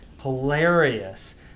hilarious